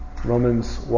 Romans